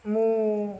ମୁଁ